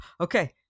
okay